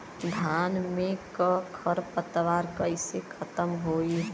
धान में क खर पतवार कईसे खत्म होई?